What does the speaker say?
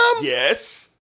Yes